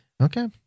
Okay